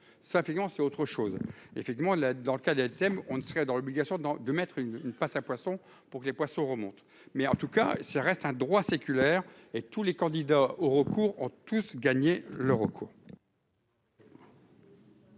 ça Fillon c'est autre chose, effectivement, là, dans le cas des thèmes on ne serait dans l'obligation dans de mettre une passe à poissons, pour que les poissons remontent, mais en tout cas, ça reste un droit séculaire et tous les candidats au recours ont tous gagné l'Euro